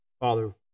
Father